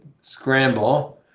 scramble